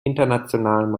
internationalem